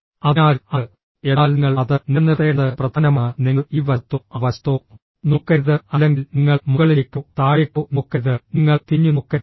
അതിനാൽ അത് എന്നാൽ നിങ്ങൾ അത് നിലനിർത്തേണ്ടത് പ്രധാനമാണ് നിങ്ങൾ ഈ വശത്തോ ആ വശത്തോ നോക്കരുത് അല്ലെങ്കിൽ നിങ്ങൾ മുകളിലേക്കോ താഴേക്കോ നോക്കരുത് നിങ്ങൾ തിരിഞ്ഞുനോക്കരുത്